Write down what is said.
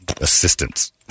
assistance